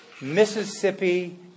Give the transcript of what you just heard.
Mississippi